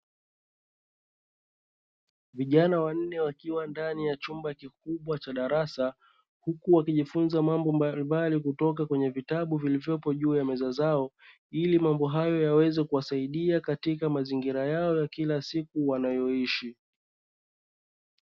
Vijana wanne wakiwa ndani ya chumba kikubwa cha darasa huku wakijifunza mambo mbalimbali kutoka kwenye vitabu vilivyopo juu ya meza zao. Ili mambo hayo yaweze kuwasaidia katika mazingira yao ya kila siku wanayoishi.